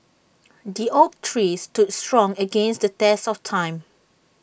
the oak tree stood strong against the test of time